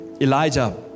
Elijah